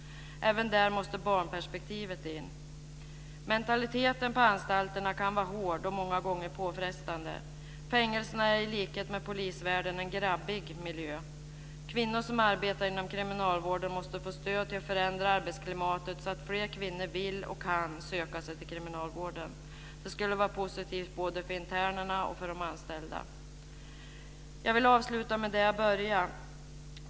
Även där måste barnperspektivet in. Mentaliteten på anstalterna kan vara hård och många gånger påfrestande. Fängelserna är i likhet med polisvärlden en grabbig miljö. Kvinnor som arbetar inom kriminalvården måste få stöd till att förändra arbetsklimatet, så att fler kvinnor vill och kan söka sig till kriminalvården. Det skulle vara positivt både för internerna och för de anställda. Jag vill avsluta med det jag började med.